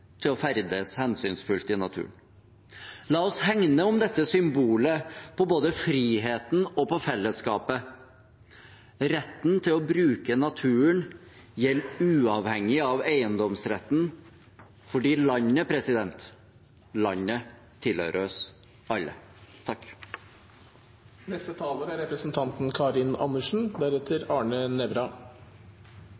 til å ferdes hensynsfullt i naturen. La oss hegne om dette symbolet på både friheten og fellesskapet. Retten til å bruke naturen gjelder uavhengig av eiendomsretten fordi landet tilhører oss alle. Allemannsretten er